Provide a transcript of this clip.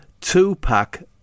two-pack